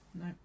no